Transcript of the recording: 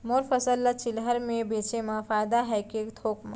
मोर फसल ल चिल्हर में बेचे म फायदा है के थोक म?